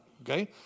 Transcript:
Okay